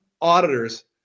auditors